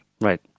Right